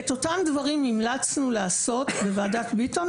את אותם הדברים המלצנו לעשות בוועדת ביטון